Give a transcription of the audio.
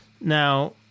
Now